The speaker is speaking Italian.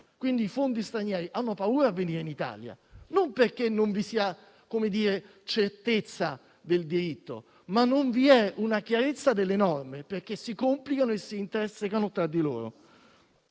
e che i fondi stranieri hanno paura a venire in Italia non perché non vi sia certezza del diritto, ma perché non vi è chiarezza delle norme, che si complicano e intersecano tra loro.